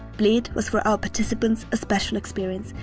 bled was for our participants a special experience,